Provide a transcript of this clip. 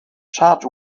chad